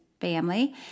family